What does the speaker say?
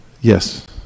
Yes